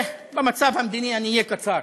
במצב המדיני אני אהיה קצר,